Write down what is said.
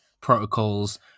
protocols